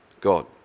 God